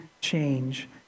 change